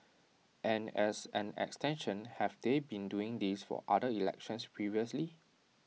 and as an extension have they been doing this for other elections previously